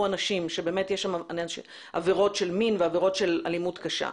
אנשים שבאמת יש לגביהם עבירות של מין ועבירות של אלימות קשה,